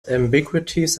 ambiguities